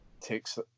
takes